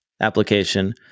application